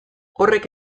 horrek